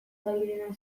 dabilena